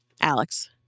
Alex